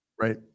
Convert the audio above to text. Right